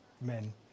men